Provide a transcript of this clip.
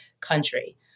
country